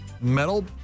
metal